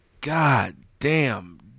goddamn